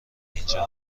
اینجا